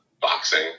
boxing